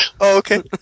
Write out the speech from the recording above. okay